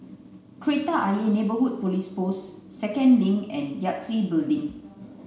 Kreta Ayer Neighbourhood Police Post Second Link and Yangtze Building